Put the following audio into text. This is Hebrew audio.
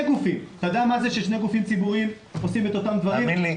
אתה יודע מה זה כששני גופים ציבוריים עושים את אותם דברים?